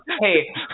Hey